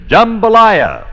Jambalaya